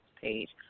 page